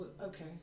okay